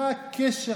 מה הקשר?